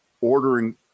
ordering